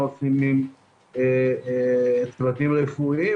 מה עושים עם פרטים רפואיים?